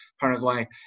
Paraguay